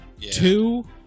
two